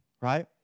right